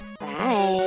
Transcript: Bye